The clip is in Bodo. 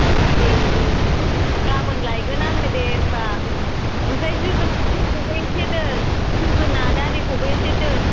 दे दे गाबोन लायगोन आङो दे होम्बा ओमफ्राय जोगोनारफोरखौबो इसे दोन जोगोनार आरिखौबो एसे दोन